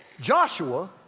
Joshua